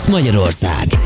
Magyarország